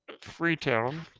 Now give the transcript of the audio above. Freetown